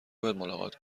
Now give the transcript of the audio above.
ملاقات